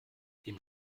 dem